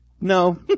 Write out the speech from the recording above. No